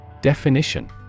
Definition